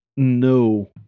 no